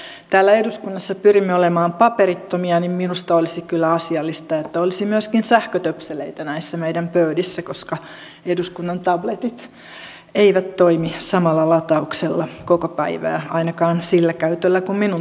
kun me täällä eduskunnassa pyrimme olemaan paperittomia niin minusta olisi kyllä asiallista että olisi myöskin sähkötöpseleitä näissä meidän pöydissämme koska eduskunnan tabletit eivät toimi samalla latauksella koko päivää ainakaan sillä käytöllä kuin minun tablettini on